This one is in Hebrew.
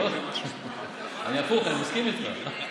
הפוך, אני מסכים איתך.